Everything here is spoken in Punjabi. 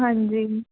ਹਾਂਜੀ